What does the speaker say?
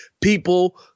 people